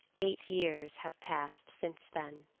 eight years have passed since then.